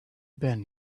been